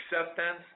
acceptance